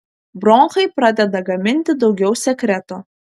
bronchai pradeda gaminti daugiau sekreto